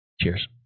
cheers